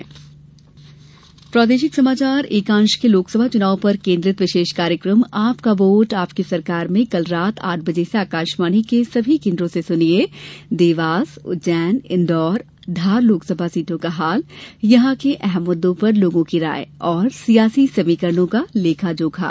विशेष कार्यक्रम प्रादेशिक समाचार एकांश के लोकसभा चुनाव पर केन्द्रित विशेष कार्यक्रम आपका वोट आपकी सरकार में कल रात आठ बजे से आकाशवाणी के सभी केन्द्रों से सुनिए देवास उज्जैन इन्दौर और धार लोकसभा सीटों का हाल यहां के अहम मुददों पर लोगों की राय और सियासी समीकरणों का लेखा जोखा